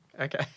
Okay